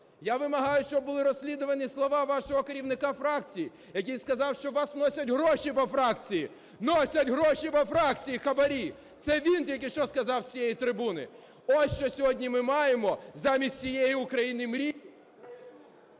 Я вимагаю, щоб були розслідувані слова вашого керівника фракції, який сказав, що у вас носять гроші у фракції. Носять гроші у фракції – хабарі. Це він тільки що сказав з цієї трибуни. Ось, що сьогодні ми маємо замість тієї України мрій…